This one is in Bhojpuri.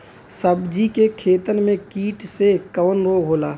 सब्जी के खेतन में कीट से कवन रोग होला?